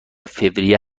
فوریه